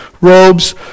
robes